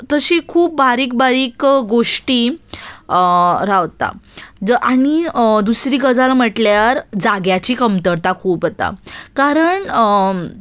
तशी खूब बारीक बारीक गोश्टी रावता आनी दुसरी गजाल म्हटल्यार जाग्याची कमतरता खूब येता कारण